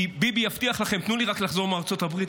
כי ביבי יבטיח לכם: תנו לי רק לחזור מארצות הברית.